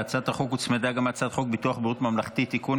להצעת החוק הוצמדה גם הצעת חוק ביטוח בריאות ממלכתי (תיקון,